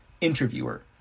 Interviewer